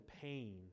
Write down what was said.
pain